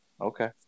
Okay